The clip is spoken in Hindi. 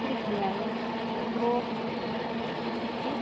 ठीक है मैम तो हाँ जी